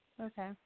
Okay